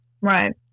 Right